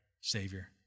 Savior